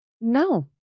No